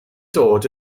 dod